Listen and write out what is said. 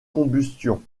combustion